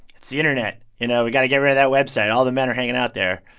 it's the internet. you know, we've got to get rid of that website. all the men are hanging out there.